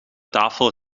tafel